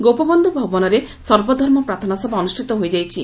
ଗୋପବନ୍ଧୁ ଭବନରେ ସର୍ବଧର୍ମ ପ୍ରାର୍ଥନା ସଭା ଅନୁଷ୍ଠିତ ହୋଇଯାଇଛି